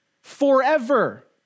forever